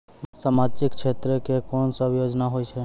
समाजिक क्षेत्र के कोन सब योजना होय छै?